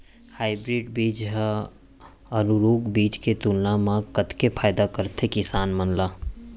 Hybrid बीज हा आरूग बीज के तुलना मा कतेक फायदा कराथे किसान मन ला?